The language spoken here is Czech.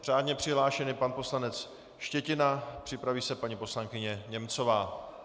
Řádně přihlášen je pan poslanec Štětina, připraví se paní poslankyně Němcová.